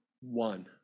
one